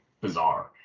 bizarre